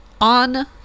On